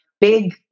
big